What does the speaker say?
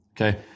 Okay